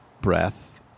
breath